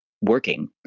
working